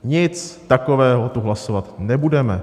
Nic takového tu hlasovat nebudeme.